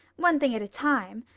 one thing at a time.